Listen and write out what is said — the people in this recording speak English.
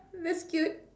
that's cute